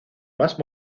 más